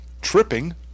tripping